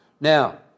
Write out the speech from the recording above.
Now